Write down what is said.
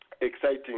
exciting